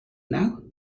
now